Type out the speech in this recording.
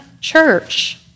church